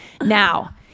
Now